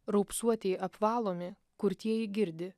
raupsuotieji apvalomi kurtieji girdi